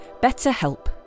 BetterHelp